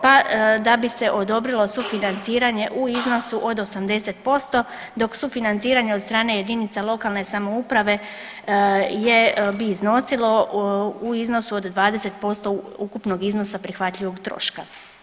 Pa da bi se odobrilo sufinanciranje u iznosu od 80% dok sufinanciranje od strane jedinice lokalne samouprave bi iznosilo u iznosu od 20% ukupnog iznosa prihvatljivog troška.